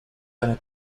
einer